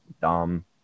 dumb